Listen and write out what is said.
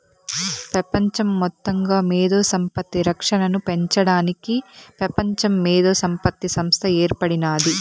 పెపంచ మొత్తంగా మేధో సంపత్తి రక్షనను పెంచడానికి పెపంచ మేధోసంపత్తి సంస్త ఏర్పడినాది